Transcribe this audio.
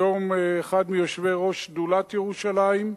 היום אחד מיושבי-ראש שדולת ירושלים,